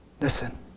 Listen